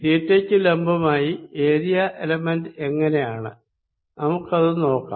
തീറ്റക്കു ലംബമായി area element എങ്ങിനെയാണ് നമുക്കിത് നോക്കാം